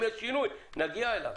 אם יש שינוי נגיע אליו.